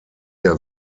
der